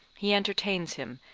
he entertains him,